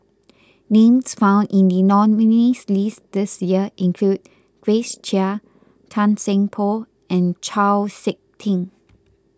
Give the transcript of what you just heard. names found in the nominees' list this year include Grace Chia Tan Seng Poh and Chau Sik Ting